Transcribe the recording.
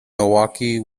milwaukee